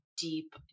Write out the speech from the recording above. deep